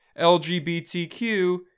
LGBTQ